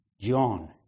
John